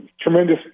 tremendous